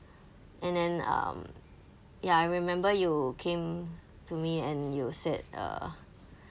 and then um ya I remember you came to me and you said uh